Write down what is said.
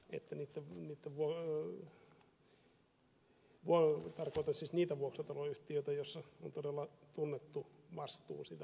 että mitä mitä säästynyt tarkoitan siis niitä vuokrataloyhtiöitä joissa on todella tunnettu vastuu siitä omasta työstä